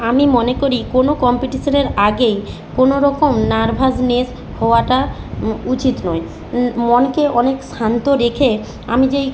আমি মনে করি কোনো কম্পিটিশনের আগেই কোনো রকম নার্ভাসনেস হওয়াটা উচিত নয় মনকে অনেক শান্ত রেখে আমি যেই